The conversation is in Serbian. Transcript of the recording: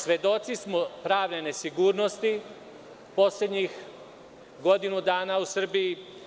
Svedoci smo pravne nesigurnosti u poslednjih godinu dana u Srbiji.